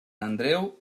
andreu